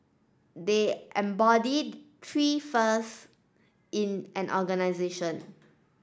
they embody three first in an organization